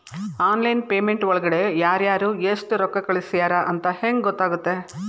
Online payment ಒಳಗಡೆ ಯಾರ್ಯಾರು ಎಷ್ಟು ರೊಕ್ಕ ಕಳಿಸ್ಯಾರ ಅಂತ ಹೆಂಗ್ ಗೊತ್ತಾಗುತ್ತೆ?